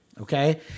Okay